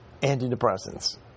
antidepressants